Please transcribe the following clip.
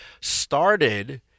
started –